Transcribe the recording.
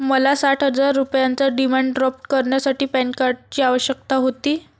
मला साठ हजार रुपयांचा डिमांड ड्राफ्ट करण्यासाठी पॅन कार्डची आवश्यकता होती